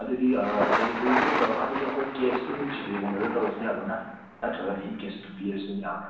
ꯑꯗꯨꯗꯤ ꯗꯦꯂꯤꯕ꯭ꯔꯤꯗꯣ ꯇꯧꯔꯀꯥꯟꯗ ꯑꯩꯈꯣꯏ ꯀꯦꯁꯁꯤ ꯑꯗꯨꯝ ꯖꯤꯄꯦ ꯒꯨꯝꯕꯗ ꯇꯧꯔꯁꯨ ꯌꯥꯕ꯭ꯔꯥ ꯅꯠꯇ꯭ꯔꯒꯅ ꯏꯟ ꯀꯦꯁꯇ ꯑꯗꯨꯝ ꯄꯤꯔꯁꯨ ꯌꯥꯕ꯭ꯔꯥ